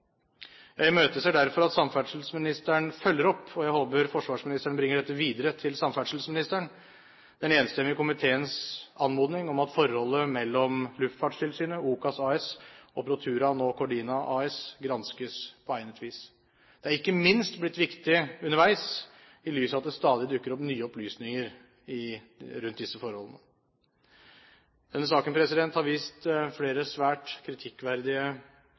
Jeg imøteser derfor at samferdselsministeren følger opp – og jeg håper forsvarsministeren bringer dette videre til samferdselsministeren – den enstemmige komiteens anmodning om at forholdet mellom Luftfartstilsynet, OCAS AS og Protura, nå Cordina AS, granskes på egnet vis. Det er ikke minst blitt viktig underveis i lys av at det stadig dukker opp nye opplysninger rundt disse forholdene. Denne saken har vist flere svært kritikkverdige